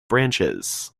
branches